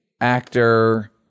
actor